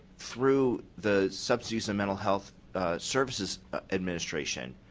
threw the substance use and mental health services administration,